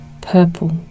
purple